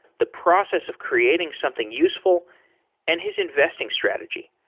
the process of creating something useful and his investing strategy.